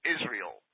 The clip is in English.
Israel